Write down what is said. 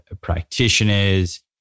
practitioners